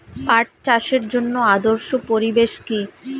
পাট চাষের জন্য আদর্শ পরিবেশ কি?